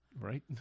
Right